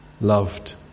loved